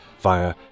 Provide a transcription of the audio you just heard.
via